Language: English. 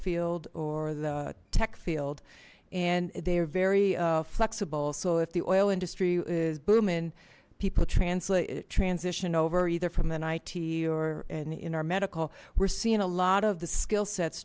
field or the tech field and they are very flexible so if the oil industry is booming people translate transition over either from an ite or and in our medical we're seeing a lot of the skillsets